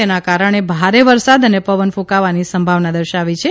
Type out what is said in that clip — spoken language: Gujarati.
તેના કારણે ભારે વરસાદ અને પવન ક્રંકાવાની સંભાવના દર્શાવી છે